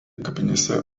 kapinėse